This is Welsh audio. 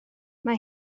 mae